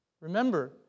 Remember